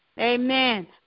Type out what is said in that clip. Amen